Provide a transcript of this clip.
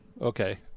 Okay